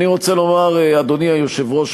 אדוני היושב-ראש,